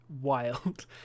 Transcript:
wild